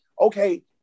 Okay